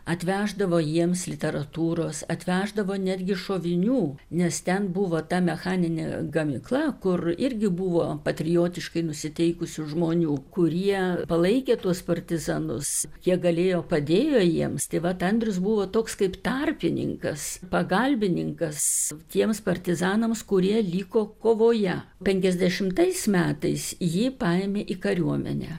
atveždavo jiems literatūros atveždavo netgi šovinių nes ten buvo ta mechaninė gamykla kur irgi buvo patriotiškai nusiteikusių žmonių kurie palaikė tuos partizanus kiek galėjo padėjo jiems tai vat andrius buvo toks kaip tarpininkas pagalbininkas tiems partizanams kurie liko kovoje penkiasdešimtais metais jį paėmė į kariuomenę